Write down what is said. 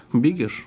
bigger